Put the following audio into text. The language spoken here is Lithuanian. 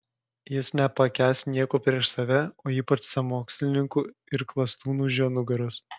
jis nepakęs nieko prieš save o ypač sąmokslininkų ir klastūnų už jo nugaros